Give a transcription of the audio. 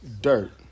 dirt